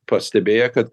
pastebėję kad